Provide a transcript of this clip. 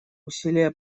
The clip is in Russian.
усилия